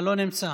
לא נמצא.